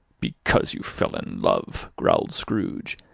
because you fell in love! growled scrooge,